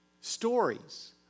stories